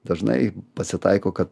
dažnai pasitaiko kad